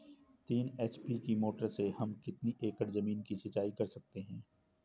तीन एच.पी की मोटर से हम कितनी एकड़ ज़मीन की सिंचाई कर सकते हैं?